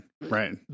right